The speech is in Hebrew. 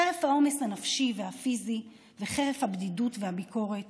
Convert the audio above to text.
חרף העומס הנפשי והפיזי וחרף הבדידות והביקורת